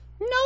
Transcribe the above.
no